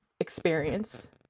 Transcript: experience